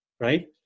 right